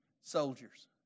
Soldiers